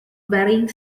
varying